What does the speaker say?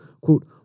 Quote